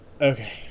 okay